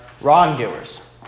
wrongdoers